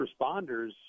responders